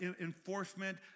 enforcement